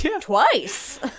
Twice